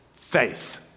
faith